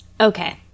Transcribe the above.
Okay